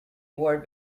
ward